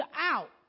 out